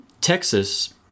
Texas